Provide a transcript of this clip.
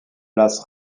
lasse